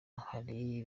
hari